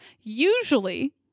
Usually